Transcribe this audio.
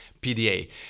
pda